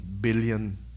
billion